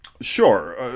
sure